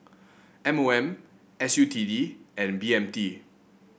M O M S U T D and B M T